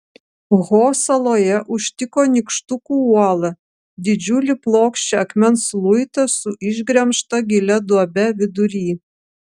ho saloje užtiko nykštukų uolą didžiulį plokščią akmens luitą su išgremžta gilia duobe vidury